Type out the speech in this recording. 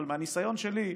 אבל מהניסיון שלי,